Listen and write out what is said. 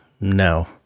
No